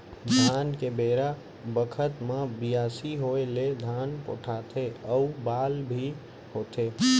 धान के बेरा बखत म बियासी होय ले धान पोठाथे अउ बाल भी होथे